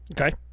Okay